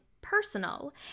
personal